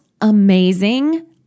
amazing